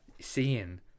Seeing